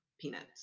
peanuts